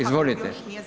Izvolite.